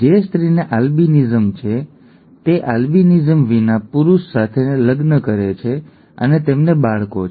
જે સ્ત્રીને આલ્બિનિઝમ છે તે આલ્બિનિઝમ વિના પુરુષ સાથે લગ્ન કરે છે અને તેમને બાળકો છે